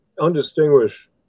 undistinguished